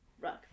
Rock